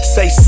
Say